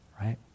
right